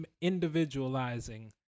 individualizing